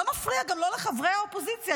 גם לא לחברי האופוזיציה,